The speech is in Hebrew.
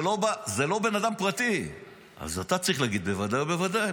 אז אתה צריך להגיד: בוודאי ובוודאי.